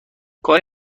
کاری